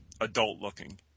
adult-looking